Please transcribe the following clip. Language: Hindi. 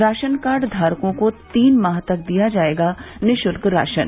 राशन कार्ड धारकों को तीन माह तक दिया जायेगा निःशुल्क राशन